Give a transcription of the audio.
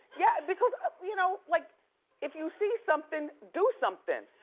yeah, because you know like if you see somethin', do somethin'.